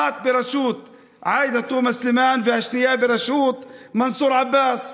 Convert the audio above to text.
אחת בראשות עאידה תומא סלימאן והשנייה בראשות מנסור עבאס.